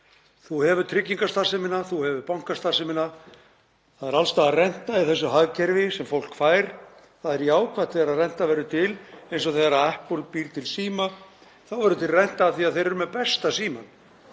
Þú hefur tryggingastarfsemina, þú hefur bankastarfsemina. Það er alls staðar renta í þessu hagkerfi sem fólk fær. Það er jákvætt þegar renta verður til eins og þegar Apple býr til síma, þá verður til renta af því að þeir eru með besta símann.